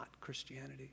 Christianity